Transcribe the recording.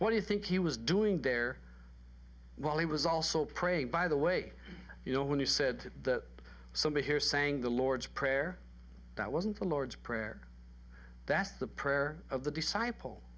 what do you think he was doing there while he was also pray by the way you know when you said that so be here saying the lord's prayer that wasn't the lord's prayer that's the prayer of the disciple